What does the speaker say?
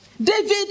David